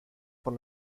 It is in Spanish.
por